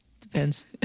Depends